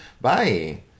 Bye